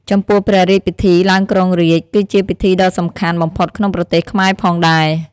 ចំពោះព្រះរាជពិធីឡើងគ្រងរាជ្យ គឺជាពិធីដ៏សំខាន់បំផុតក្នុងប្រទេសខ្មែរផងដែរ ។